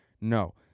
No